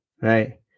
Right